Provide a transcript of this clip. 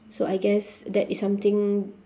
so I guess that is something